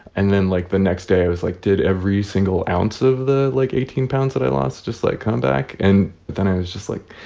and then, like, the next day, i was like, did every single ounce of the, like, eighteen pounds that i lost just, like, come back? and then i was just like,